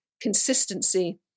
consistency